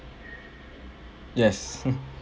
yes